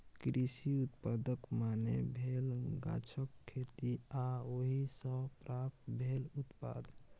कृषि उत्पादक माने भेल गाछक खेती आ ओहि सँ प्राप्त भेल उत्पाद